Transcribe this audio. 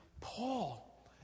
Paul